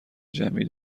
جمعی